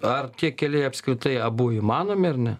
ar tie keliai apskritai abu įmanomi ar ne